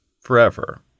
forever